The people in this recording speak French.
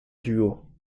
duo